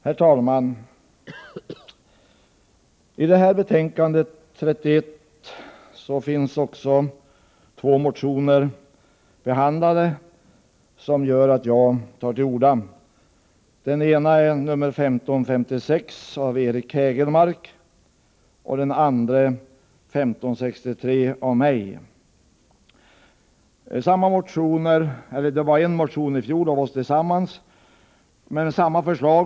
Herr talman! I konstitutionsutskottets betänkande nr 31 behandlas bl.a. två motioner, nr 1556 av Eric Hägelmark och 1563 av mig, vilket föranleder mig att ta till orda. Förra året hade vi en gemensam motion med samma förslag.